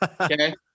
Okay